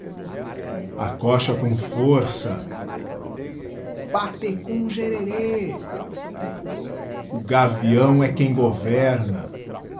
acocha com força batfecum gerer o gavilto é quem govômtti